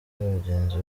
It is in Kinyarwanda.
bagenzi